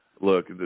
Look